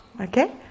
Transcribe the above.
Okay